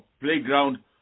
playground